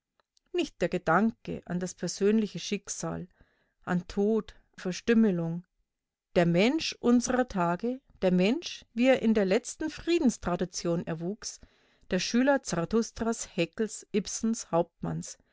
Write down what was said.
nicht der gedanke an das persönliche schicksal an tod verstümmelung der mensch unserer tage der mensch wie er in der letzten friedenstradition erwuchs der schüler zarathustras haeckels ibsens